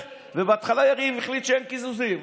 בהתחלה יריב החליט שאין קיזוזים,